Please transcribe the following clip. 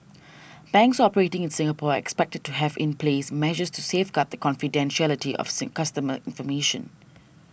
banks operating in Singapore expected to have in place measures to safeguard the confidentiality of customer information